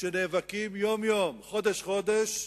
שנאבקים יום-יום, חודש-חודש,